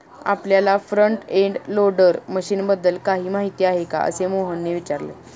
आपल्याला front end loader मशीनबद्दल काही माहिती आहे का, असे मोहनने विचारले?